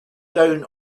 down